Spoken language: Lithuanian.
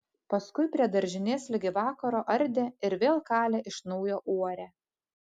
paskui prie daržinės ligi vakaro ardė ir vėl kalė iš naujo uorę